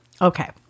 Okay